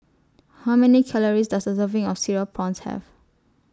How Many Calories Does A Serving of Cereal Prawns Have